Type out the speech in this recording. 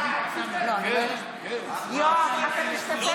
אינו משתתף